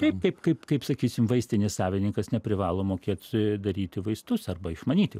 taip taip kaip kaip sakysim vaistinės savininkas neprivalo mokėt daryti vaistus arba išmanyti